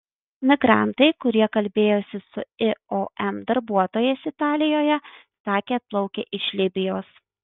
migrantai kurie kalbėjosi su iom darbuotojais italijoje sakė atplaukę iš libijos